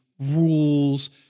rules